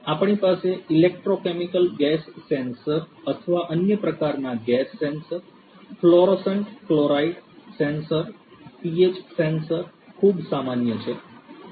આપણી પાસે electrochemical gas sensor અથવા અન્ય પ્રકારના gas sensor fluorescent chloride sensor pH sensor ખૂબ સામાન્ય છે